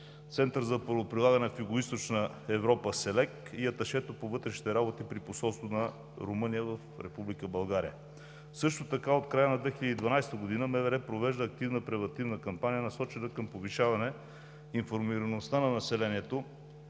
Център за правоприлагане в Югоизточна Европа СЕЛЕК, и аташето по вътрешните работи при Посолството на Румъния в Република България. Също така от края на 2012 г. МВР провежда активна превантивна кампания, насочена към повишаване информираността на населението